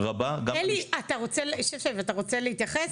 רבה גם --- אלי, אתה רוצה להתייחס?